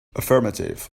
affirmative